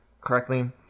correctly